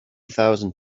thousand